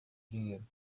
dinheiro